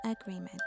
agreement